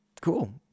cool